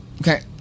Okay